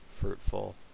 fruitful